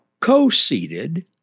co-seated